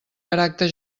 caràcter